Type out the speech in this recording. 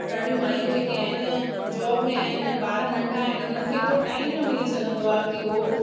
ॾाढी मायूं जेके आहिनि जॉब में आहिनि ॿार नंढा आहिनि उन्हनि खे एतिरो टाइम न मिली सघंदो आहे कि हो